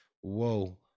whoa